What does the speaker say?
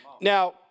Now